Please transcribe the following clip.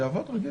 שיעבוד רגיל.